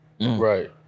Right